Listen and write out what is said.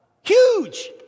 Huge